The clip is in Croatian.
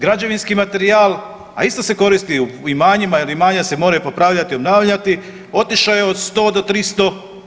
Građevinski materijal a isto se koristi u imanjima, jer imanja se moraju popravljati i obnavljati otišao je od 100 do 300%